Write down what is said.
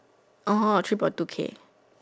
oh three point two K